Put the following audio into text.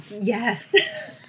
Yes